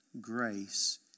grace